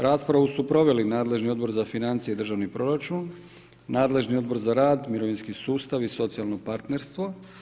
Raspravu su proveli nadležni Odbor za financije i državni proračun, nadležni Odbor za rad, mirovinski sustav i socijalno partnerstvo.